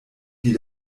die